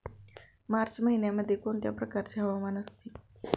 मार्च महिन्यामध्ये कोणत्या प्रकारचे हवामान असते?